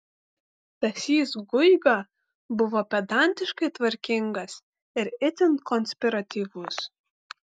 stasys guiga buvo pedantiškai tvarkingas ir itin konspiratyvus